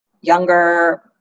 younger